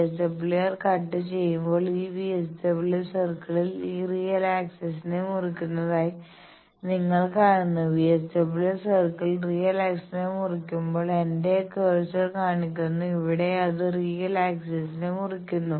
VSWR കട്ട് ചെയ്യുമ്പോൾ ഈ VSWR സർക്കിൾ ഈ റിയൽ ആക്സിസ്നെ മുറിക്കുന്നതായി നിങ്ങൾ കാണുന്നു VSWR സർക്കിൾ റിയൽ ആക്സിസ് മുറിക്കുമ്പോൾ എന്റെ കഴ്സർ കാണിക്കുന്ന ഇവിടെ അത് റിയൽ ആക്സിസ്നെ മുറിക്കുന്നു